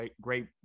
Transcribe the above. great